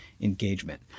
Engagement